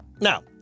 Now